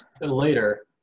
later